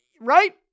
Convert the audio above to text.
Right